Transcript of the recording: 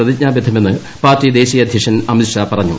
പ്രതിജ്ഞാബദ്ധമെന്ന് പാർട്ടി ദേശീയ അധ്യക്ഷൻ അമിത്ഷാ പറഞ്ഞു